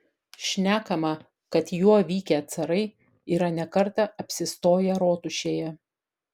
šnekama kad juo vykę carai yra ne kartą apsistoję rotušėje